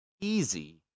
easy